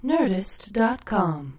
Nerdist.com